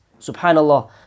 Subhanallah